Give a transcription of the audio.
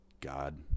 God